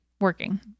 working